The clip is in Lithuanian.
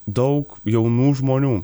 daug jaunų žmonių